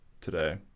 today